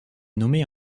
nommé